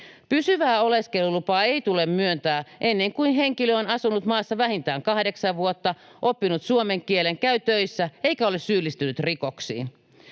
Pysyvää oleskelulupaa ei tule myöntää ennen kuin henkilö on asunut maassa vähintään kahdeksan vuotta, oppinut suomen kielen, käy töissä, eikä ole syyllistynyt rikoksiin.